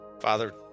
Father